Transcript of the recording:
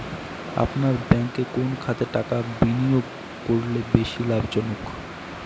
আপনার ব্যাংকে কোন খাতে টাকা বিনিয়োগ করলে বেশি লাভজনক?